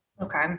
Okay